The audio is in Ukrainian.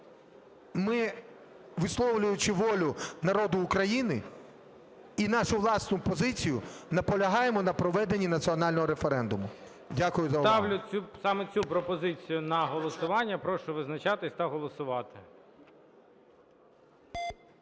Ми, висловлюючи волю народу України і нашу власну позицію, наполягаємо на проведенні національного референдуму. Дякую за увагу. ГОЛОВУЮЧИЙ. Ставлю саме цю пропозицію на голосування. Прошу визначатись та голосувати.